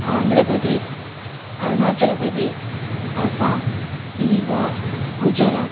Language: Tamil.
ஆந்திரபிரதேஷ் அருணாச்சலபிரதேஷ் அஸாம் பீகார் குஜராத்